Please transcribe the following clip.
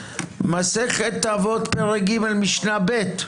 מסכת אבות, פרק ג', משנה ב'.